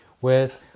Whereas